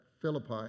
philippi